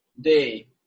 day